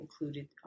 included